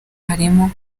harimo